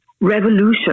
revolution